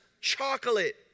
chocolate